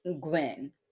Gwen